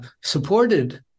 supported